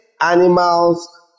animals